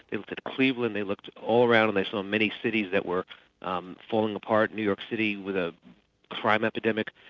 they looked at cleveland, they looked at all around and they saw many cities that were um falling apart. new york city with a crime epidemic,